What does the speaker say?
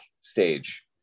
stage